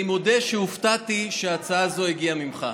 אני מודה שהופתעתי שהצעה זו הגיעה ממך.